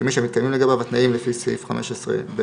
כמי שמתקיימים לגביו התנאים לפי סעיף 15(ב)(2)